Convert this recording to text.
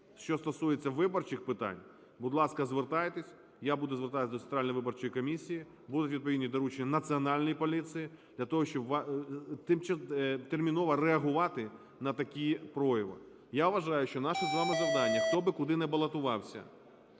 що стосуються виборчих питань, будь ласка, звертайтесь, я буду звертатися до Центральної виборчої комісії, будуть відповідні доручення Національній поліції для того, щоб терміново реагувати на такі прояви. Я вважаю, що наше з вами завдання, хто би куди не балотувався,